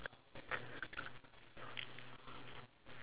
during the the breakfast buffet